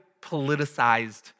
politicized